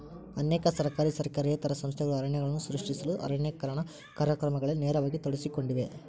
ಅನೇಕ ಸರ್ಕಾರಿ ಸರ್ಕಾರೇತರ ಸಂಸ್ಥೆಗಳು ಅರಣ್ಯಗಳನ್ನು ಸೃಷ್ಟಿಸಲು ಅರಣ್ಯೇಕರಣ ಕಾರ್ಯಕ್ರಮಗಳಲ್ಲಿ ನೇರವಾಗಿ ತೊಡಗಿಸಿಕೊಂಡಿವೆ